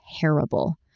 terrible